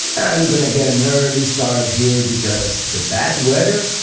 i'm gonna get an early start here because the bad weather,